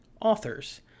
authors